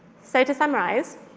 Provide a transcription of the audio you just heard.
so to summarize,